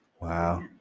Wow